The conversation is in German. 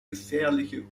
gefährliche